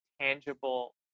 tangible